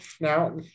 now